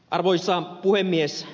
arvoisa puhemies